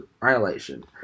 violation